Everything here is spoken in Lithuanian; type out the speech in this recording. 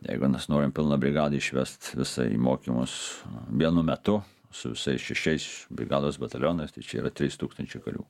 jeigu mes norim pilną brigadą išvest visą į mokymus vienu metu su visais šešiais brigados batalionais tai čia yra trys tūkstančiai karių